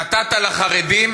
נתת לחרדים